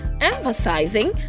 emphasizing